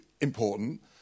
important